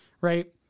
right